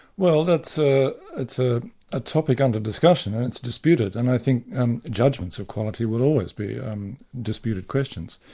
well that's ah a ah ah topic under discussion, and it's disputed, and i think and judgments of quality will always be um disputed questions.